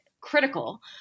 critical